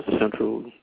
Central